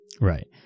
Right